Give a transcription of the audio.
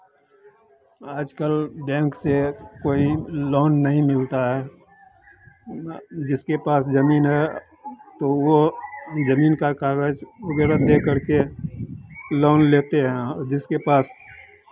आजकल बैंक से कोई लोन नहीं मिलता है जिसके पास ज़मीन है तो वो ज़मीन का कागज वगैरह दे करके लोन लेते हैं और जिसके पास